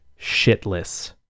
shitless